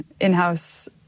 in-house